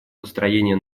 построение